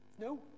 No